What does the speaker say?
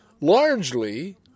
largely